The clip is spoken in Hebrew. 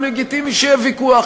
גם לגיטימי שיהיה ויכוח.